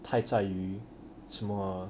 太在于什么